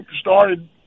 started